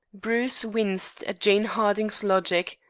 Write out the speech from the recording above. bruce winced at jane harding's logic.